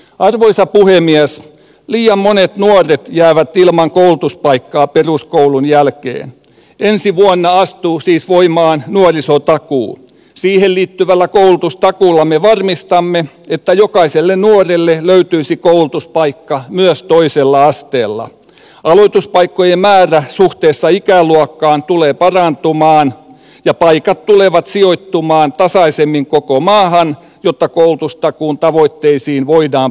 arvoisa puhemies liian monet nuotit jäävät ilman koulutuspaikkaa peruskoulun jälkeen ensi vuonna astuu siis voimaan nuorisotakuu siihen liittyvällä työ josta olemme varmistamme että jokaiselle nuorelle löytyisi koulutuspaikka myös toisella asteella aloituspaikkojen määrä suhteessa ikäluokkaan tulee päällään tummaan ja paikat tulevat sijoittumaan tasaisemmin koko maahan jotta koulutustakuun tavoitteisiin voidaan